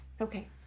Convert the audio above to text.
Okay